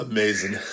Amazing